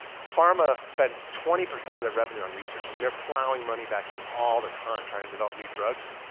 pharma spends twenty percent of their revenue on research. i mean, they're plowing money back in all the time, trying to develop new drugs.